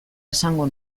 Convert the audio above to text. esango